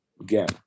again